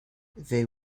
they